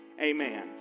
Amen